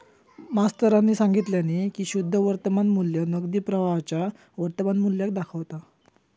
मास्तरानी सांगितल्यानी की शुद्ध वर्तमान मू्ल्य नगदी प्रवाहाच्या वर्तमान मुल्याक दाखवता